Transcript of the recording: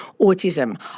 autism